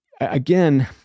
again